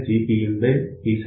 exp G